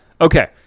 Okay